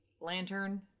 lantern